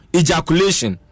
ejaculation